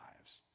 lives